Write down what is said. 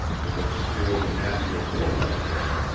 and obscure the natural daylight with it.